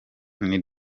niryo